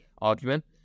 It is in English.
argument